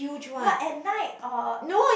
what at night or